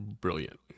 Brilliant